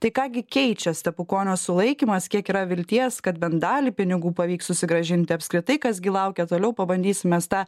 tai ką gi keičia stepukonio sulaikymas kiek yra vilties kad bent dalį pinigų pavyks susigrąžinti apskritai kas gi laukia toliau pabandysim mes tą